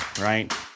right